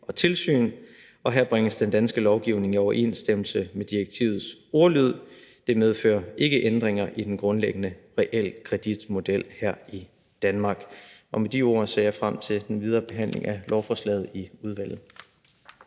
og tilsyn, og her bringes den danske lovgivning i overensstemmelse med direktivets ordlyd. Det medfører ikke ændringer i den grundlæggende realkreditmodel her i Danmark. Med de ord ser jeg frem til den videre behandling af lovforslaget i udvalget.